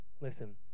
Listen